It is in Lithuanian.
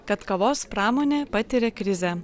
kad kavos pramonė patiria krizę